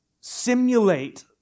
simulate